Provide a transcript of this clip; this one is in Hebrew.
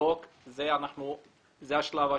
לבדוק זה השלב השלישי,